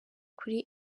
kuri